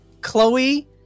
Chloe